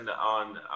on